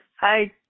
Hi